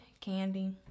candy